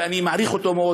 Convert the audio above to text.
ואני מעריך אותו מאוד,